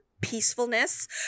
peacefulness